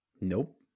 Nope